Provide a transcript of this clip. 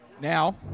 now